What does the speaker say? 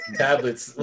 tablets